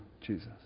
Jesus